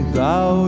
thou